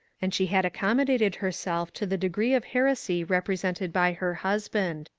and she had accommodated herself to the degree of heresy represented by her husband.